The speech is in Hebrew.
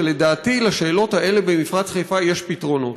שלדעתי לשאלות האלה במפרץ חיפה יש פתרונות.